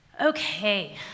Okay